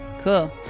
Cool